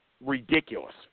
ridiculous